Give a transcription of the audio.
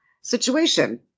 situation